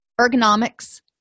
Ergonomics